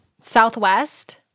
Southwest